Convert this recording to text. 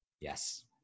Yes